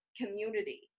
community